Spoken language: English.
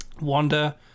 Wanda